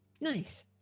Nice